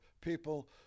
people